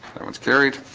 that ones carried